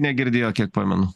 negirdėjo kiek pamenu